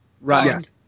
Right